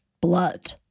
blood